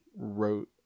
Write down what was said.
wrote